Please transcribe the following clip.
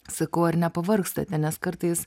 sakau ar nepavargstate nes kartais